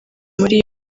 muri